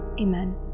Amen